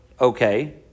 Okay